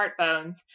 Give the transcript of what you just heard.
smartphones